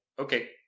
Okay